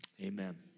amen